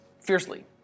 fiercely